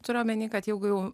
turiu omeny kad jau